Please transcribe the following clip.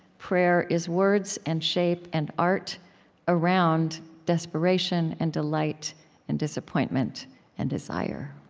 prayer is words and shape and art around desperation and delight and disappointment and desire.